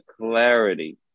clarity